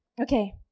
Okay